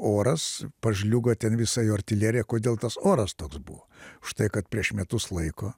oras pažliugo ten visa jo artilerija kodėl tas oras toks buvo štai kad prieš metus laiko